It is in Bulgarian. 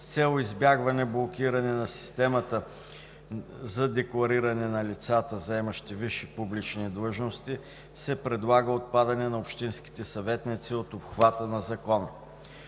С цел избягване блокирането на системата за деклариране на лицата, заемащи висши публични длъжности, се предлага отпадане на общинските съветници от обхвата на Закона.